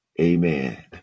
Amen